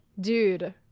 dude